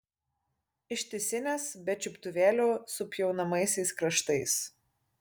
ištisinės be čiuptuvėlių su pjaunamaisiais kraštais